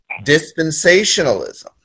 dispensationalism